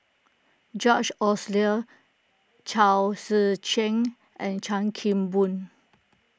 George Chao Tzee Cheng and Chan Kim Boon